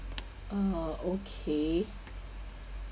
uh okay